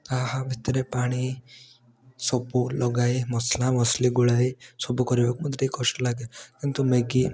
ତାହା ଭିତରେ ପାଣି ସବୁ ଲଗାଇ ମସଲାମସଲି ଗୋଳାଇ ସବୁ କରିବାକୁ ମୋତେ ଟିକିଏ କଷ୍ଟ ଲାଗେ କିନ୍ତୁ ମ୍ୟାଗି